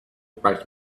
back